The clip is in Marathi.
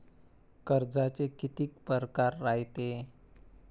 कर्जाचे कितीक परकार रायते?